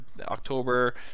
October